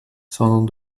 sondern